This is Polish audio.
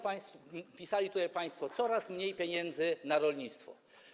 Pisali tutaj państwo: coraz mniej pieniędzy na rolnictwo.